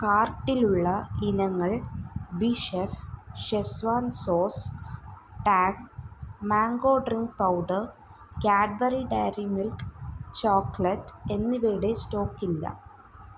കാർട്ടിലുള്ള ഇനങ്ങൾ Bechef schezwan sauce Tang mango drink powder Cadbury Dairy Milk chocolate എന്നിവയുടെ stock ഇല്ല